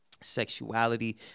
sexuality